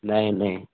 नहीं नहीं